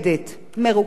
מרוכזת,